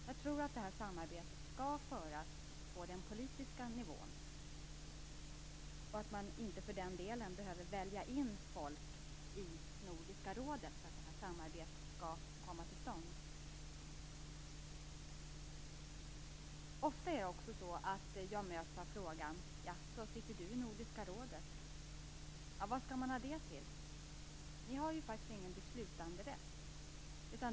Jag tror att samarbetet skall föras på den politiska nivån. Men man behöver inte för den delen välja in folk i Nordiska rådet för att det samarbetet skall komma till stånd. Jag möts ofta med följande fråga: "Jaså, du sitter i Nordiska rådet. Vad skall man med det till? Ni har faktiskt ingen beslutanderätt.